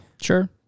Sure